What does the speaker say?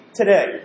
today